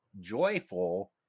joyful